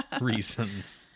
reasons